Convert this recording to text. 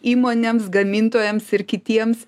įmonėms gamintojams ir kitiems